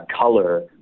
color